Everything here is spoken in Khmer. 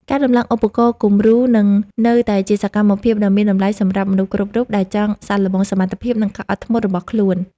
ការដំឡើងឧបករណ៍គំរូនឹងនៅតែជាសកម្មភាពដ៏មានតម្លៃសម្រាប់មនុស្សគ្រប់រូបដែលចង់សាកល្បងសមត្ថភាព និងការអត់ធ្មត់របស់ខ្លួន។